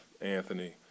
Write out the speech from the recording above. Anthony